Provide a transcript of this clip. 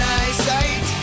eyesight